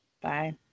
Bye